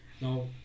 Now